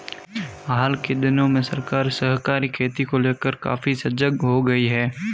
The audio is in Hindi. हाल के दिनों में सरकार सहकारी खेती को लेकर काफी सजग हो गई है